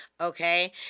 Okay